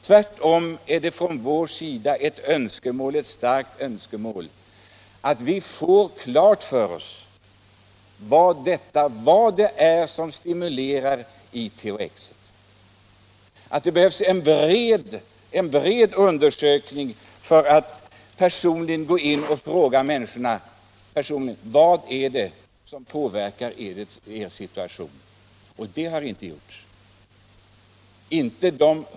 Tvärtom är det ett starkt önskemål från oss att vi får klart för oss vad det är som stimulerar i THX. Det behövs en bred undersökning, där man frågar människorna: Vad är det som påverkar er situation? Det har inte gjorts.